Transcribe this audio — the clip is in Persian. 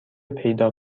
پیدا